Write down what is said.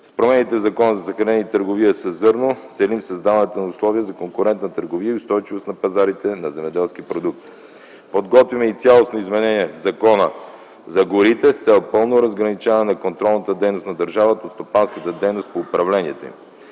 С промените в Закона за съхранение и търговия със зърно целим създаването на условия за конкурентна търговия и устойчивост на пазарите на земеделски продукти. Подготвяме и цялостно изменение на Закона за горите с цел пълно разграничаване на контролната дейност на държавата в стопанската дейност по управлението им.